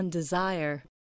Desire